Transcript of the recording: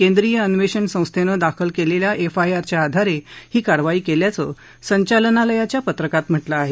केंद्रीय अन्वेषण संस्थेनं दाखल केलेल्या एफआयआर च्या आधारे ही कारवाई केल्याचं संचालनालयाच्या पत्रकात म्हातिं आहे